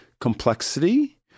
complexity